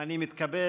הצעות